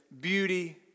beauty